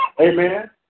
Amen